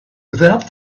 without